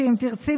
שאם תרצי,